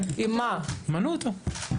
תמנו אותו.